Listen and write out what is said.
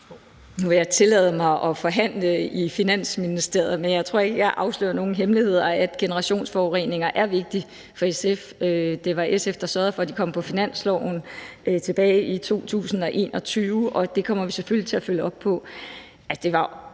Nu vil jeg tillade mig at forhandle i Finansministeriet, men jeg tror ikke, jeg afslører nogen hemmeligheder ved at sige, at generationsforureningerne er vigtige for SF. Det var SF, der sørgede for, at de kom på finansloven tilbage i 2021, og det kommer vi selvfølgelig til at følge op på.